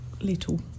little